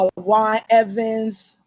um y evans,